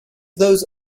those